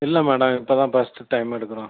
இல்லை மேடம் இப்போ தான் ஃபஸ்ட்டு டைம் எடுக்குகிறோம்